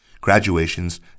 graduations